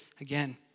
again